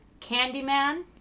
Candyman